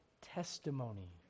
testimony